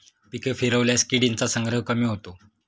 पिके फिरवल्यास किडींचा संग्रह कमी होतो